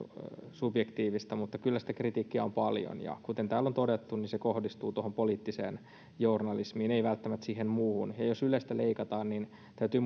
subjektiivista mutta kyllä sitä kritiikkiä on paljon ja kuten täällä on todettu se kohdistuu tuohon poliittiseen journalismiin ei välttämättä siihen muuhun ja jos ylestä leikataan niin täytyy